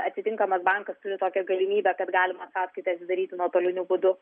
atitinkamas bankas turi tokią galimybę kad galima sąskaitą atidaryti nuotoliniu būdu